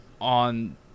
on